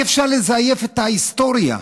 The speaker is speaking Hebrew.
אי-אפשר לזייף את ההיסטוריה.